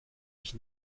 ich